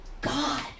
God